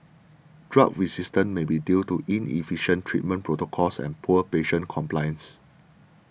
drug resistance may be due to inefficient treatment protocols and poor patient compliance